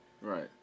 right